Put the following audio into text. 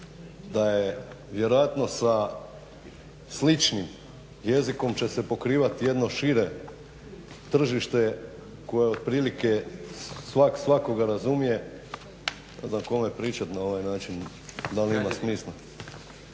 da je vjerojatno sa sličnim jezikom će se pokrivati jedno šire tržište koje otprilike svak svakoga razumije. Ne znam kome pričati na ovaj način? Da li ima smisla?